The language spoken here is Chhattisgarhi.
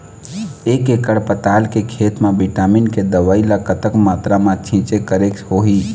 एक एकड़ पताल के खेत मा विटामिन के दवई ला कतक मात्रा मा छीचें करके होही?